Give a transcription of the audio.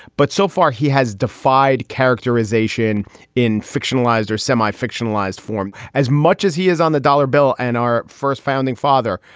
but so far he has defied characterization in fictionalized or semi fictionalized form as much as he is on the dollar bill. and our first founding father,